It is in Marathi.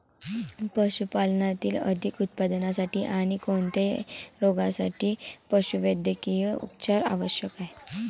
पशुपालनातील अधिक उत्पादनासाठी आणी कोणत्याही रोगांसाठी पशुवैद्यकीय उपचार आवश्यक आहेत